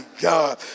God